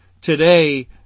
today